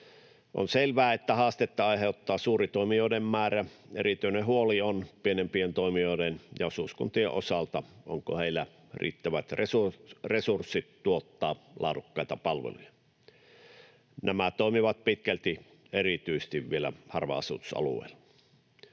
On selvää, että haastetta aiheuttaa suuri toimijoiden määrä — erityinen huoli on pienempien toimijoiden ja osuuskuntien osalta, onko heillä riittävät resurssit tuottaa laadukkaita palveluja. Nämä toimivat pitkälti erityisesti vielä harva-asutusalueilla.